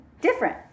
Different